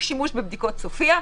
תושבים היה בכלל מדינת ישראל 31.8,